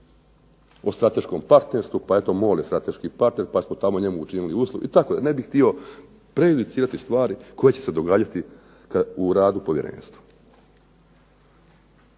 O strateškom partnerstvu, eto MOL je strateški partner pa smo njemu učinili usluge, tako ne bih htio prejudicirati stvari koje će se događati u radu povjerenstva.